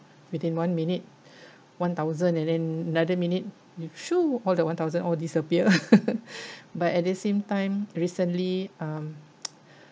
within one minute one thousand and then another minute it shoo all the one thousand all disappear lah but at the same time recently um